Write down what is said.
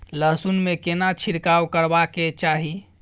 लहसुन में केना छिरकाव करबा के चाही?